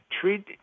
treat